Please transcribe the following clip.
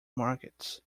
markets